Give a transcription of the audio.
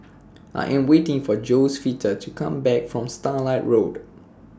I Am waiting For Josefita to Come Back from Starlight Road